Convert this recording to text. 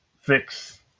fix